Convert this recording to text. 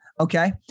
okay